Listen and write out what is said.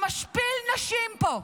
שמשפיל נשים פה,